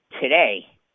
today